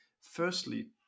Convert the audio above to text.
Firstly